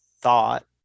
thought